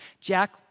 Jack